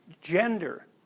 gender